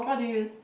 what do you use